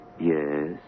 Yes